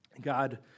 God